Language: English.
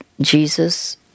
Jesus